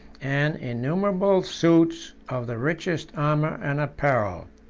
and innumerable suits of the richest armor and apparel.